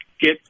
get